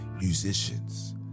musicians